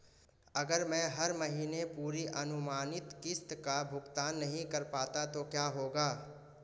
अगर मैं हर महीने पूरी अनुमानित किश्त का भुगतान नहीं कर पाता तो क्या होगा?